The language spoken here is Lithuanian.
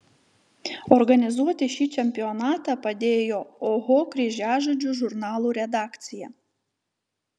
organizuoti šį čempionatą padėjo oho kryžiažodžių žurnalų redakcija